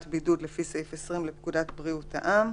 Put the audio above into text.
בידוד לפי סעיף 20 לפקודת בריאות העם,